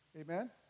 Amen